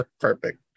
perfect